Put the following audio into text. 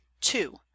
two